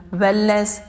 wellness